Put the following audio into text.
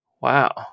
Wow